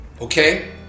okay